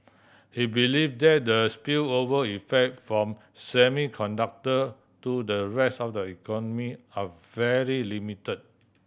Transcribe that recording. he believe that the spillover effect from semiconductor to the rest of the economy are very limit